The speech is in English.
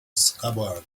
scabbard